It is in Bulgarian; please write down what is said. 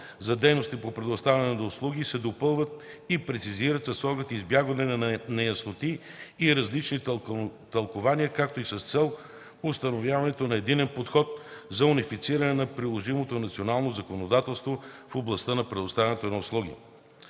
за дейностите по предоставяне на услуги се допълват и прецизират с оглед избягване на неяснотите и различните тълкувания, както и с цел установяването на единен подход за унифициране на приложимото национално законодателство в областта на предоставянето на услуги.